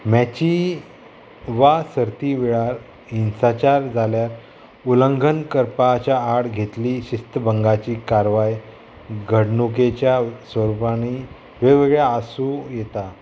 मॅची वा सर्ती वेळार हिंसाचार जाल्यार उलंघन करपाच्या आड घेतली शिस्तभंगाची कारवाय घडणुकेच्या स्वरुपांनी वेगवेगळ्या आसूं येता